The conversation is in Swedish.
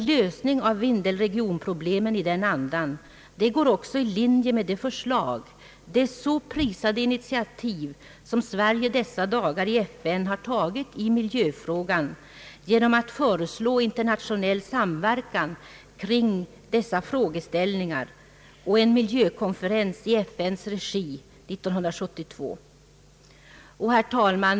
lösning av vindelälvsregionproblemen i den andan går också i linje med det så prisade initiativ som Sverige i dessa dagar inom FN har tagit beträffande miljöfrågan genom att föreslå internationell samverkan kring dessa frågeställningar och en miljövårdskonferens i FN:s regi 1972. Herr talman!